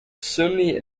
sunni